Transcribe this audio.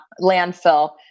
landfill